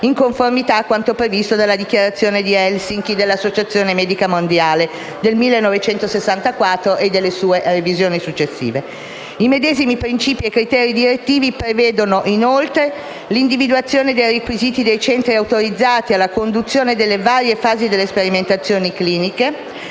in conformità a quanto previsto dalla Dichiarazione di Helsinki dell'Associazione medica mondiale del 1964, e sue successive revisioni. I medesimi principi e i criteri direttivi prevedono: l'individuazione dei requisiti dei centri autorizzati alla conduzione delle varie fasi delle sperimentazioni cliniche;